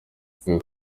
uku